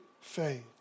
faith